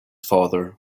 father